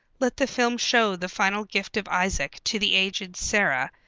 let the film show the final gift of isaac to the aged sarah,